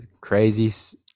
crazy